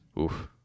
oof